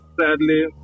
sadly